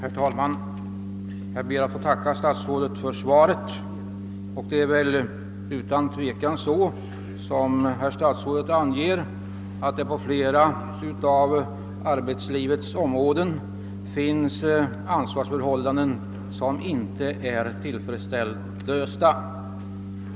Herr talman! Jag ber att få tacka statsrådet för svaret. Det är utan tvivel så som statsrådet anger, att det på flera av arbetslivets områden finns <ansvarsförhållanden som inte är tillfredsställande lösta.